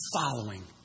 following